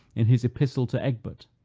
in his epistle to egbert.